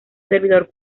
servidor